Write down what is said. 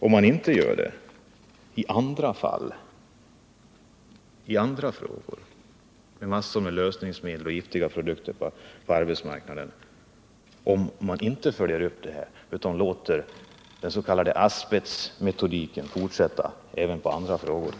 Om man inte gör det, utan låter den s.k. asbestmetodiken fortsätta, finns det stora risker för en parallell när det gäller lösningsmedel och andra giftiga produkter på arbetsmarknaden.